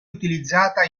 utilizzata